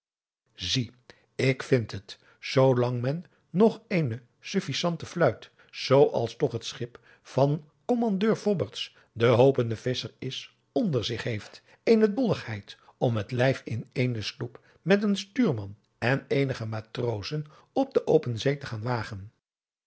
zie ik vind het zoo lang men nog eene suffisante fluit zoo als toch het schip van kommandeur fobberts de hopende visscher is onder zich heeft eene dolligheid om het lijf in eene sloep met een stuurman en eenige matrozen op de open zee te gaan wagen